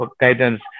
guidance